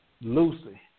Lucy